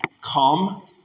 come